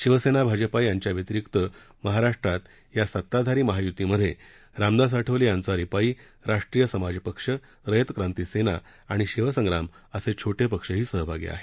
शिवसेना भाजपा यांच्या व्यतिरिक्त महाराष्ट्रात या सत्ताधारी महायुतीमधे रामदास आठवले यांचा रिपाई राष्ट्रीय समाज पक्ष रयत क्रांती सेना आणि शिवसंग्राम असे छोटे पक्षही सहभागी आहेत